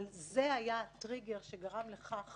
זה היה הטריגר שגרם לכך